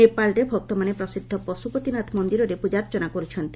ନେପାଳରେ ଭକ୍ତମାନେ ପ୍ରସିଦ୍ଧ ପଶୁପତିନାଥ ମନ୍ଦିରରେ ପୂଜାର୍ଚ୍ଚନା କରୁଛନ୍ତି